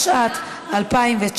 בהצעות חוק לשכת עורכי הדין.